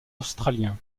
australien